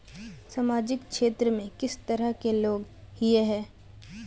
सामाजिक क्षेत्र में किस तरह के लोग हिये है?